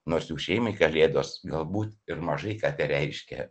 nors jų šeimai kalėdos galbūt ir mažai ką tereiškia